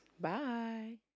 bye